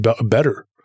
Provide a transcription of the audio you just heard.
better